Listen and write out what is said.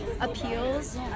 appeals